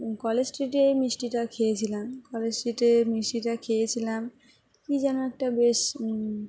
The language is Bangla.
কলেজ স্ট্রিটে মিষ্টিটা খেয়েছিলাম কলেজ স্ট্রিটে মিষ্টিটা খেয়েছিলাম কি যেন একটা বেশ